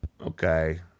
Okay